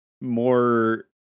more